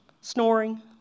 Snoring